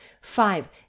five